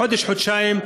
חודש-חודשיים.